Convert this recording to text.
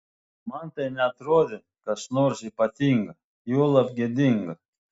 man tai neatrodė kas nors ypatinga juolab gėdinga